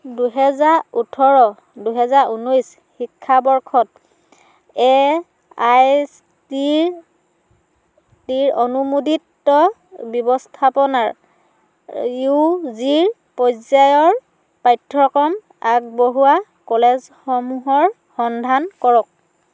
দুহেজাৰ ওঠৰ দুহেজাৰ ঊনৈছ শিক্ষাবৰ্ষত A I C T E অনুমোদিত ব্যৱস্থাপনাৰ ইউ জি পৰ্যায়ৰ পাঠ্যক্ৰম আগবঢ়োৱা কলেজসমূহৰ সন্ধান কৰক